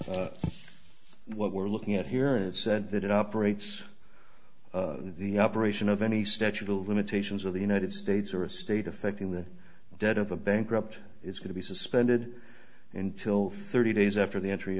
regarding what we're looking at here and said that it operates the operation of any statute of limitations of the united states or a state affecting the dead of a bankrupt it's going to be suspended until thirty days after the entry